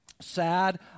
sad